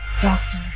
Doctor